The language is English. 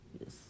Yes